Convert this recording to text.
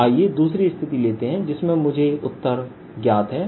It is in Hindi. आइए दूसरी स्थिति लेते हैं जिसमें मुझे उत्तर ज्ञात है